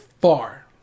far